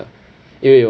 因为